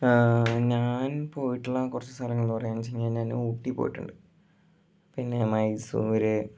ഞാൻ പോയിട്ടുള്ള കുറച്ച് സ്ഥലങ്ങൾ പറഞ്ഞ്ച്ച് കഴിഞ്ഞാൽ ഊട്ടി പോയിട്ടുണ്ട് പിന്നെ മൈസൂർ